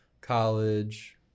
college